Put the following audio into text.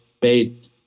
paid